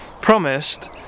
promised